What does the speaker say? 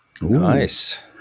Nice